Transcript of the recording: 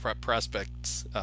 prospects